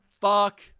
Fuck